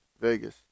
Vegas